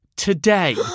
Today